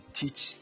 teach